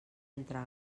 entre